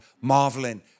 marveling